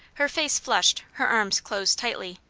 her face flushed, her arms closed tightly.